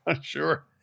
sure